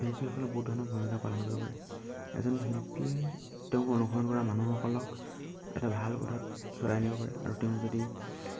শিল্পীসকলে বহুত ধৰণৰ ভূমিকা পালন কৰিব পাৰে এজন শিল্পীয়ে তেওঁক অনুসৰণ কৰা মানুহসকলক এটা ভাল পথত চলাই নিব পাৰে আৰু তেওঁ যদি